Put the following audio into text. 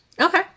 Okay